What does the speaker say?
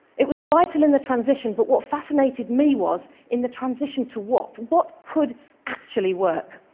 it was vital in the transition, but what fascinated me was, in the transition to what? what could actually work?